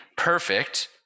perfect